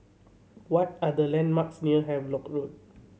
what are the landmarks near Havelock Road